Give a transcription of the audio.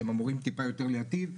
שהם אמורים טיפה יותר להיטיב.